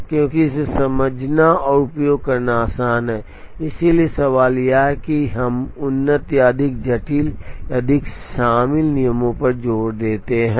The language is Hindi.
क्योंकि इसे समझना और उपयोग करना आसान है इसलिए सवाल यह है कि हम उन्नत या अधिक जटिल या अधिक शामिल नियमों पर जोर देते हैं